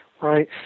Right